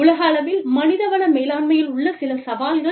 உலகளவில் மனித வள மேலாண்மையில் உள்ள சில சவால்கள்